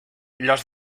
los